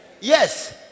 Yes